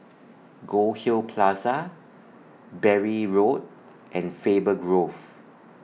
Goldhill Plaza Bury Road and Faber Grove